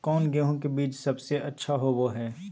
कौन गेंहू के बीज सबेसे अच्छा होबो हाय?